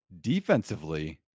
Defensively